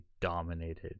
dominated